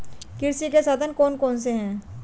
कृषि के साधन कौन कौन से हैं?